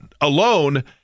alone